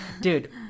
dude